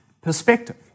Perspective